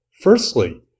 Firstly